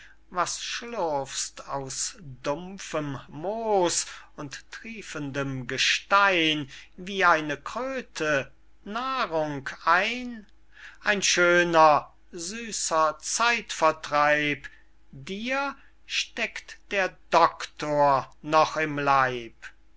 was schlurfst aus dumpfem moos und triefendem gestein wie eine kröte nahrung ein ein schöner süßer zeitvertreib dir steckt der doctor noch im leib